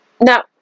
Now